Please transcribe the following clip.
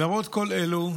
למרות כל אלו,